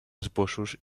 esbossos